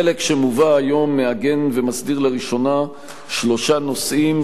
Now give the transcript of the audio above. החלק שמובא היום מעגן ומסדיר לראשונה שלושה נושאים